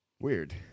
Weird